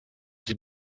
sie